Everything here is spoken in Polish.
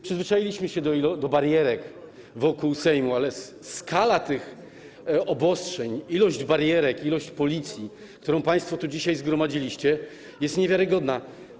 Przyzwyczailiśmy się do barierek wokół Sejmu, ale skala tych obostrzeń, ilość barierek, liczba policjantów, jaką państwo tu dzisiaj zgromadziliście, jest niewiarygodna.